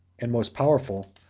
and most powerful,